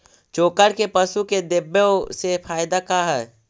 चोकर के पशु के देबौ से फायदा का है?